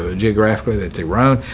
ah geographically that they round.